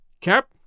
Cap